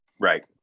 Right